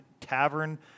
Tavern